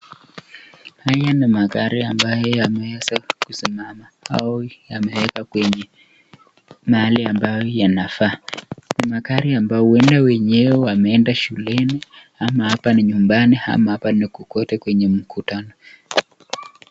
Haya ni magari ambayo imeweza kusimama au yameekwa kwenye mahali ambayo yanafaa. Kuna gari ambayo huenda wenyewe wameenda shuleni ama hapa ni nyumbani ama hapa kokote kwenye mkutano.